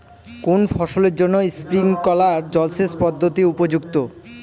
কোন ফসলের জন্য স্প্রিংকলার জলসেচ পদ্ধতি উপযুক্ত?